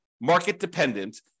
market-dependent